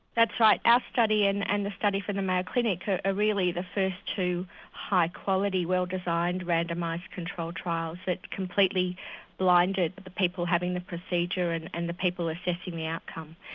that's right, our ah study and and the study for the mayo clinic are really the first two high quality, well designed randomised controlled trials that completely blinded the people having the procedure and and the people assessing the outcome.